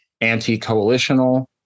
anti-coalitional